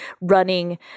running